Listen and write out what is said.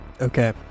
Okay